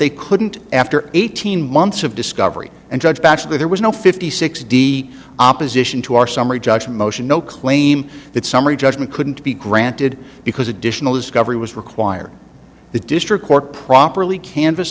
they couldn't after eighteen months of discovery and judge bachelor there was no fifty six d opposition to our summary judgment motion no claim that summary judgment couldn't be granted because additional discovery was required the district court properly canvas